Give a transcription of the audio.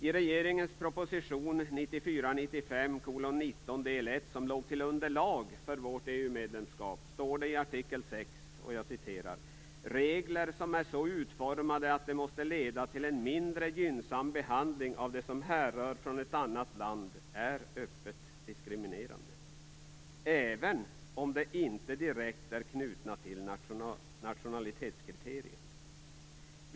I regeringens proposition 1994/95:19 del 1, som var underlag för vårt EU-medlemskap, står det om artikel 6: "Regler som är så utformade att de måste leda till en mindre gynnsam behandling av det som härrör från ett annat land är öppet diskriminerande, även om de inte är direkt knutna till nationalitetskriteriet."